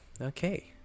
Okay